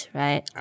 right